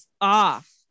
off